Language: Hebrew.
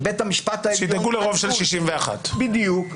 שבית המשפט העליון עלול --- שידאגו לרוב של 61. בדיוק.